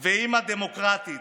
ואימא דמוקרטית.